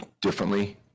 differently